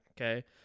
Okay